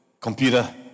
computer